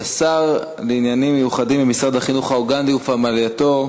השר לעניינים מיוחדים ממשרד החינוך האוגנדי ופמלייתו